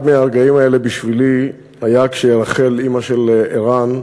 אחד מהרגעים האלה בשבילי היה כשרחל, אימא של ערן,